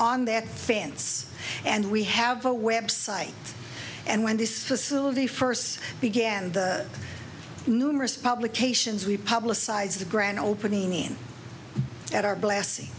on their fans and we have a website and when this facility first began the numerous publications we publicize the grand opening in at our blessing